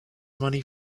money